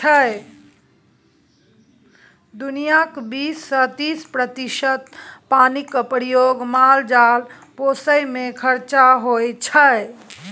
दुनियाँक बीस सँ तीस प्रतिशत पानिक प्रयोग माल जाल पोसय मे खरचा होइ छै